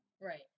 Right